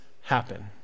happen